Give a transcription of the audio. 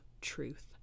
truth